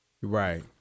Right